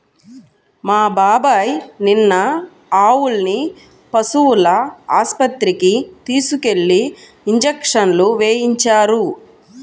మా బాబాయ్ నిన్న ఆవుల్ని పశువుల ఆస్పత్రికి తీసుకెళ్ళి ఇంజక్షన్లు వేయించారు